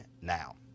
now